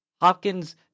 Hopkins